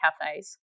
cafes